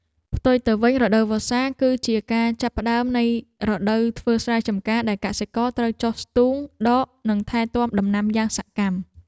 ផ្ទុយទៅវិញរដូវវស្សា គឺជាការចាប់ផ្តើមនៃរដូវធ្វើស្រែចម្ការដែលកសិករត្រូវចុះស្ទូងដក និងថែទាំដំណាំយ៉ាងសកម្ម។